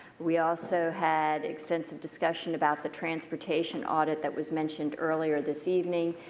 we also had extensive discussion about the transportation audit that was mentioned earlier this evening.